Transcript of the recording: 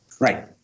Right